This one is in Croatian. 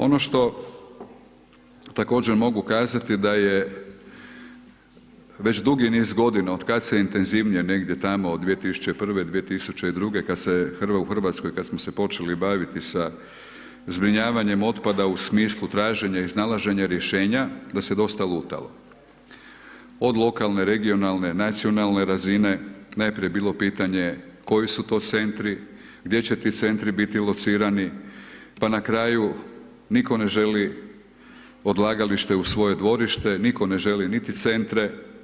Ono što također mogu kazati da je već dugi niz godina od kad se intenzivnije negdje tamo od 2001.-2002. kada se, u Hrvatskoj kada smo se počeli baviti sa zbrinjavanjem otpada u smislu traženja i iznalaženja rješenja, da se je dosta lutalo, od lokalne, regionalne, nacionalne razine, najprije je bilo pitanje, koji su to centri, gdje će ti centri biti locirani, pa na kraju, nitko ne želi odlagalište u svoje dvorište, nitko ne želi niti centre.